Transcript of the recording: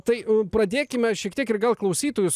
tai pradėkime šiek tiek ir gal klausytojus